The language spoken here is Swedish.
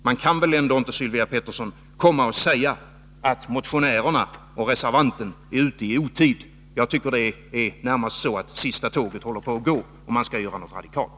Man kan ändå inte, Sylvia Pettersson, säga att motionärerna och reservanten är ute i otid. Jag tycker närmast att sista tåget håller på att gå, om man skall göra något radikalt.